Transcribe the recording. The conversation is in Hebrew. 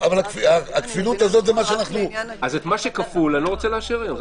אני אומר שאת מה שכפול, אני לא רוצה לאשר היום.